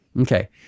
okay